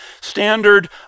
standard